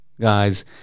guys